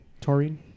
Taurine